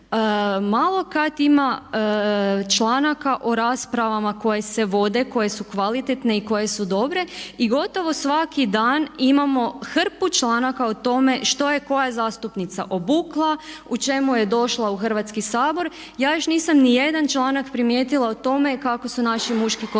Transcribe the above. malo kad ima članaka o raspravama koje se vode, koje su kvalitetne i koje su dobre i gotovo svaki dan imamo hrpu članaka o tome što je koja zastupnica obukla, u čemu je došla u Hrvatski sabor. Ja još nisam ni jedan članak primijetila o tome kako su naši muški kolege